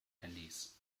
handys